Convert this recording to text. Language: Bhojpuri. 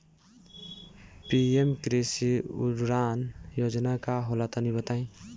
पी.एम कृषि उड़ान योजना का होला तनि बताई?